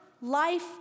life